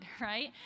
right